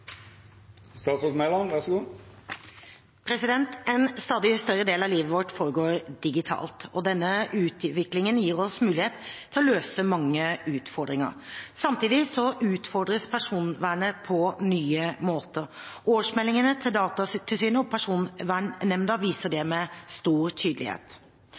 En stadig større del av livet vårt foregår digitalt. Denne utviklingen gir oss mulighet til å løse mange utfordringer. Samtidig utfordres personvernet på nye måter. Årsmeldingene til Datatilsynet og Personvernnemnda viser det med stor tydelighet.